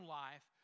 life